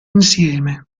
insieme